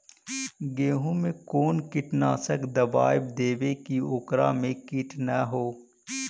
गेहूं में कोन कीटनाशक दबाइ देबै कि ओकरा मे किट न हो?